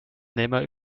nimmer